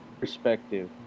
perspective